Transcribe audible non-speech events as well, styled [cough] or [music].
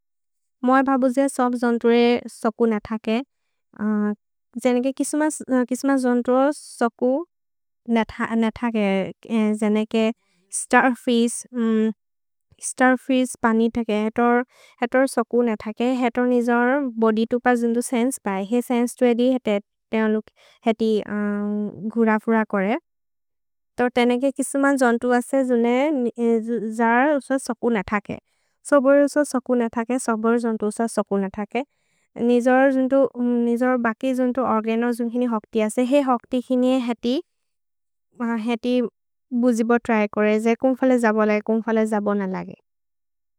मोइ भबु जे सोब् जोन्तु ए सोकु न थके, जेनेके [hesitation] किसुम जोन्तु ओ सोकु [hesitation] न थके, जेनेके स्तर्फिश्, स्तर्फिश् पनि थके। हेतोर् सोकु न थके, [hesitation] हेतोर् निजोर् बोदि तुप जिन्दु सेन्स् बै, हे सेन्स् तु एदि, हेति [hesitation] गुर फुर कोरे। तोर् तेनेके किसुम [hesitation] जोन्तु असे जुने जर उस सोकु न थके, सोबोर् उस सोकु न थके, सोबोर् जोन्तु उस सोकु न थके। निजोर् [hesitation] बकि जोन्तु ओर्गनो जुनि होक्ति असे, हे [hesitation] होक्ति हिनि ए हेति, हेति बुजिब त्र्य् कोरे, जे कुम् फले जबो लगे, कुम् फले जबो न लगे।